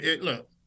look